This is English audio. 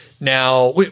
Now